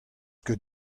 ket